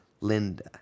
Linda